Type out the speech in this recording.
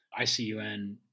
ICUN